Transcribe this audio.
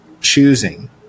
choosing